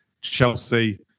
Chelsea